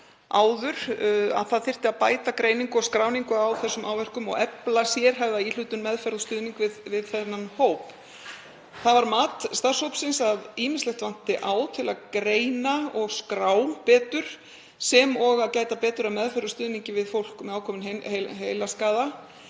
áður um að bæta þyrfti greiningu og skráningu á þessum áverkum og efla sérhæfða íhlutun, meðferð og stuðning við þennan hóp. Það er mat starfshópsins að ýmislegt vanti á til að greina og skrá betur, sem og að gæta betur að meðferð og stuðningi við fólk með ákominn heilaskaða